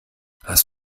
hast